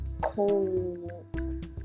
cold